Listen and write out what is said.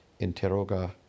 interroga